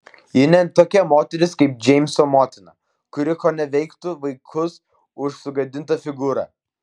ji ne tokia moteris kaip džeimso motina kuri koneveiktų vaikus už sugadintą figūrą